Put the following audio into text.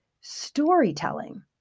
storytelling